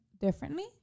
differently